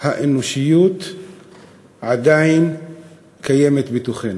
האנושיות עדיין קיימת בתוכנו,